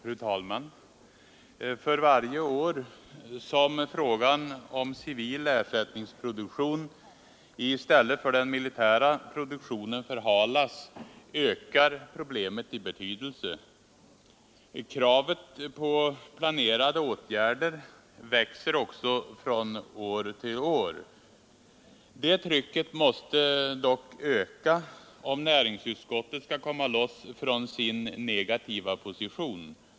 Fru talman! För varje år som frågan om civil ersättningsproduktion i stället för den militära produktionen förhalas ökar problemet i betydelse. Kravet på planerade åtgärder växer också från år till år. Det trycket måste dock öka om näringsutskottet skall komma loss från sin negativa position.